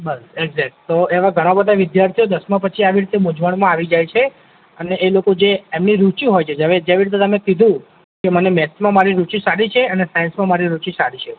બસ exact તો એવા ઘણા બધા વિદ્યાર્થીઓ દસમા પછી આવી રીતે મૂંઝવણમાં આવી જાય છે અને એ લોકો જે એમની રૂચી હોય છે જેવી રીત જેવી રીતે તમેં કીધું મને મેથ્સમાં મારી રૂચિ સારી છે અને સાયન્સમાં મારી રૂચિ સારી છે